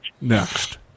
next